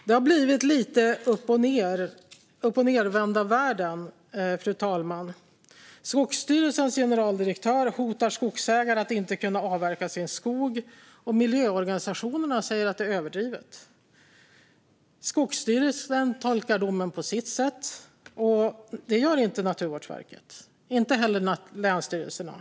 Det har blivit lite av uppochnedvända världen, fru talman. Skogsstyrelsens generaldirektör hotar skogsägare med att de inte ska kunna avverka sin skog, och miljöorganisationerna säger att det är överdrivet. Skogsstyrelsen tolkar domen på sitt sätt, och så tolkar inte Naturvårdsverket den och inte heller länsstyrelserna.